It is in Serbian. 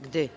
glasanje.